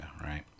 right